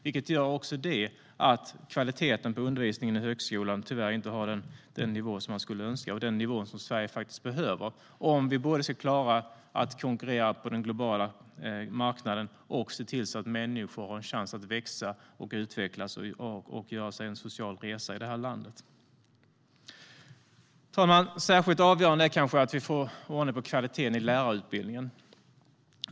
Det gör också att kvaliteten på undervisningen i högskolan tyvärr inte har den nivå som man skulle önska och den nivå som Sverige behöver om vi både ska klara att konkurrera på den globala marknaden och se till att människor har en chans att växa och utvecklas och göra en social resa i landet. Herr talman! Särskilt avgörande är kanske att vi får ordning på kvaliteten i lärarutbildningen.